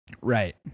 Right